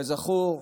כזכור,